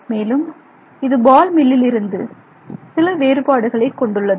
மேலும் இது பால் மில்லில் இருந்து சில வேறுபாடுகளைக் கொண்டுள்ளது